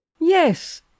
Yes